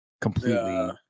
completely